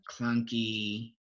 clunky